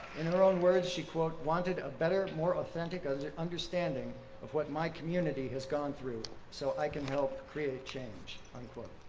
in her own words, she quote, wanted a better, more authentic understanding of what my community has gone through so i can help create change, unquote.